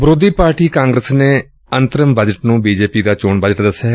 ਵਿਰੋਧੀ ਪਾਰਟੀ ਕਾਂਗਰਸ ਨੇ ਅੰਤਰਿਮ ਬਜਟ ਨੂੰ ਬੀ ਜੇ ਪੀ ਦਾ ਚੋਣ ਬਜਟ ਦਸਿਐ